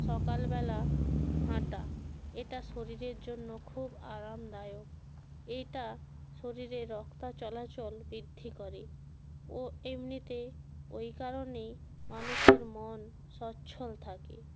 সকালবেলা হাঁটা এটা শরীরের জন্য খুব আরামদায়ক এটা শরীরে রক্ত চলাচল বৃদ্ধি করে ও এমনিতে ওই কারণেই মানুষের মন সচল থাকে